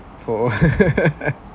four